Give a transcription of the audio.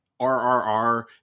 RRR